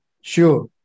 Sure